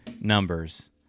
numbers